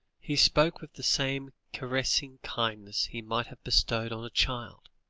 he spoke with the same caressing kindliness he might have bestowed on a child